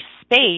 space